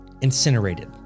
incinerated